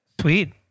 Sweet